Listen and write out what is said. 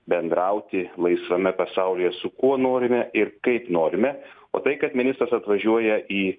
bendrauti laisvame pasaulyje su kuo norime ir kaip norime o tai kad ministras atvažiuoja į